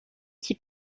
qui